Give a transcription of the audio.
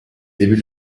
débuts